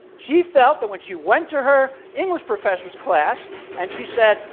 she felt that when she went to her english professor's class and she said,